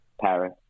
Paris